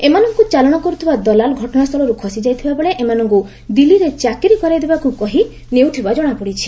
ଏମାନଙ୍କୁ ଚାଲାଶ କର୍ତ୍ତିବା ଦଲାଲ ଘଟଶାସ୍ସୁଳର୍ ଖସିଯାଇଥିବା ବେଳେ ଏମାନଙ୍ଙ୍ ଦିଲ୍ଲୀରେ ଚାକିରି କରାଇଦେବାକୁ କହି ନେଉଥିବା ଜଣାପଡ଼ିଛି